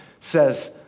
says